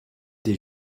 des